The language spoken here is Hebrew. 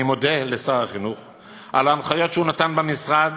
אני מודה לשר החינוך על ההנחיות שהוא נתן במשרד,